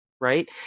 right